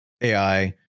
AI